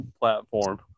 platform